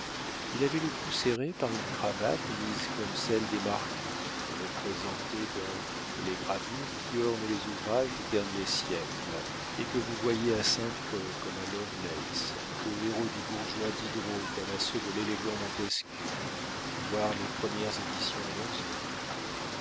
il avait le cou serré par une cravate mise comme celle des marquis représentés dans toutes les gravures qui ornent les ouvrages du dernier siècle et que vous voyez à saint-preux comme à lovelace aux héros du bourgeois diderot comme à ceux de l'élégant montesquieu voir les premières éditions de leurs œuvres